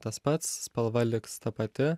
tas pats spalva liks ta pati